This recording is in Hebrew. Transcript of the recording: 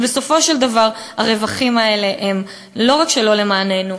ובסופו של דבר הרווחים האלה לא רק שהם לא למעננו,